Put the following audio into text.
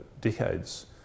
decades